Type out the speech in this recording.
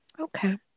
Okay